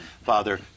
Father